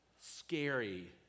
Scary